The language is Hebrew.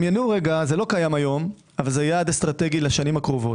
זה לא היה עד היום אבל זה יעד אסטרטגי לשנים הקרובות.